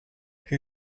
who